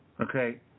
Okay